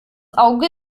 auge